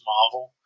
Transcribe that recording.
Marvel